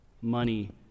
money